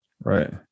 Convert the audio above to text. Right